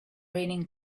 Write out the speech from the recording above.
raining